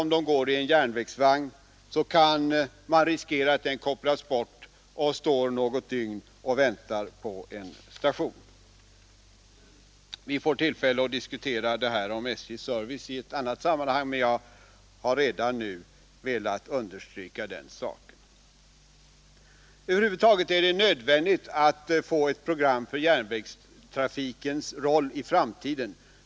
Om varorna går i järnvägsvagn, kan man riskera att vagnen kopplas bort och står något dygn på en station och väntar. Vi får tillfälle att diskutera SJ:s service i ett annat sammanhang, men jag har redan nu velat understryka den saken. Över huvud taget är det nödvändigt att få ett program för järnvägstrafikens roll i framtiden.